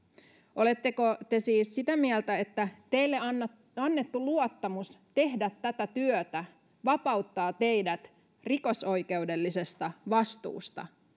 oletteko te siis sitä mieltä että teille annettu annettu luottamus tehdä tätä työtä vapauttaa teidät rikosoikeudellisesta vastuusta